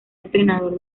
entrenador